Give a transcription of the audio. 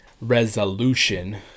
Resolution